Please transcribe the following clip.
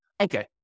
Okay